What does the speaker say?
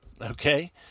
Okay